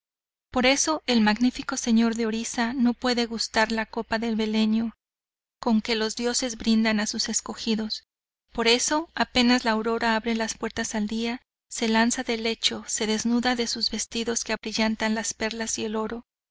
por eso el magnifico señor de orisa no puede gustar la copa del beleño con que los dioses brindan a sus escogidos por eso apenas la aurora abre las puertas al día se lanza del lecho se desnuda de sus vestidos que abrillantan las perlas y el oro